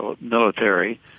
military